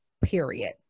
period